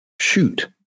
Shoot